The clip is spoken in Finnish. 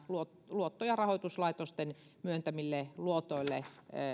luotto ja rahoituslaitosten myöntämille luotoille